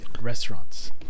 restaurants